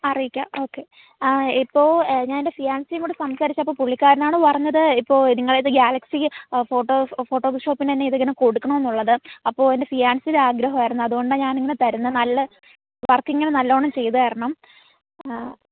അറിയിക്കാം ഓക്കെ ഇപ്പോൾ ഞാൻ എന്റെ ഫിയാൻസിയോട് സംസാരിച്ചപ്പോൾ പുള്ളിക്കാരൻ ആണ് പറഞ്ഞത് ഇപ്പോൾ നിങ്ങൾ ഇത് ഗാലക്സി ഫോട്ടോ ഫോട്ടോ ഷോപ്പിന് തന്നെ ഇത് ഇങ്ങനെ കൊടുക്കണം എന്നുള്ളത് അപ്പോൾ എന്റെ ഫിയാൻസിയുടെ ആഗ്രഹം ആയിരുന്നു അതുകൊണ്ടാണ് ഞാൻ ഇങ്ങനെ തരുന്നത് നല്ല വർക്ക് ഇങ്ങനെ നല്ലവണ്ണം ചെയ്ത് തരണം